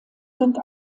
sind